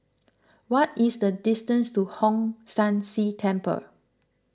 what is the distance to Hong San See Temple